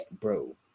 bro